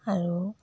আৰু